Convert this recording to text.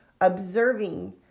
observing